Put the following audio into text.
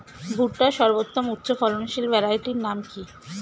ভুট্টার সর্বোত্তম উচ্চফলনশীল ভ্যারাইটির নাম কি?